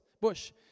bush